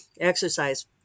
exercise